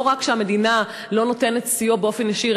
ולא רק שהמדינה לא נותנת סיוע באופן ישיר,